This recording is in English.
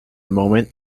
moment